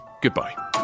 Goodbye